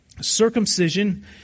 Circumcision